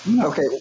Okay